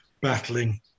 battling